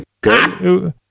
good